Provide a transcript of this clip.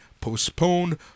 postponed